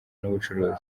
n’ubucuruzi